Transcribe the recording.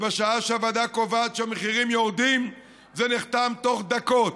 ובשעה שהוועדה קובעת שהמחירים יורדים זה נחתם תוך דקות.